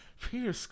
Peter